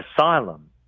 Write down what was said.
asylum